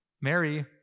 Mary